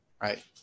right